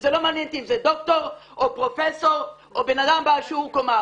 וזה לא מעניין אותי אם זה דוקטור או פרופסור או אדם בעל שיעור קומה.